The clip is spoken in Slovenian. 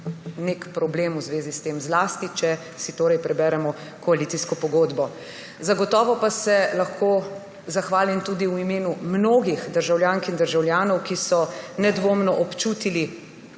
nek problem v zvezi s tem, zlasti če si preberemo koalicijsko pogodbo. Zagotovo pa se lahko zahvalim tudi v imenu mnogih državljank in državljanov, ki so nedvoumno občutili